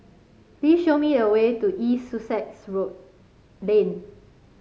please show me the way to East Sussex Road Lane